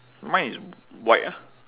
mine is white ah